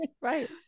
right